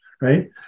right